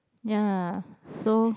ya so